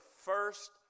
first